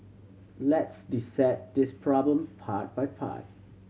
let's dissect this problem part by part